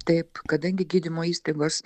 taip kadangi gydymo įstaigos